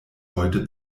heute